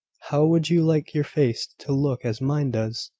how would you like your face to look as mine does?